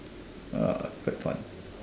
quite fun